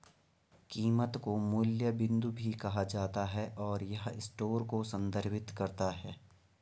कीमत को मूल्य बिंदु भी कहा जाता है, और यह स्टोर को संदर्भित करता है